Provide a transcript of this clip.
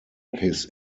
his